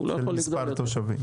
והוא לא יכול לגדול יותר.